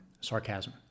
sarcasm